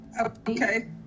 Okay